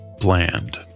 bland